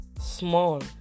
small